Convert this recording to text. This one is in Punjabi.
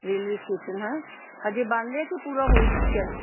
ਰੇਲਵੇ ਸਟੇਸ਼ਨ ਹਾਲੇ ਬਣ ਰਿਹਾ ਕਿ ਪੂਰਾ ਹੋ ਚੁੱਕਿਆ